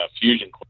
Fusion